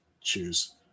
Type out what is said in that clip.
choose